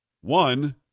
One